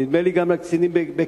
נדמה לי גם על קצינים בקבע.